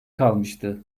kalmıştı